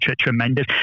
tremendous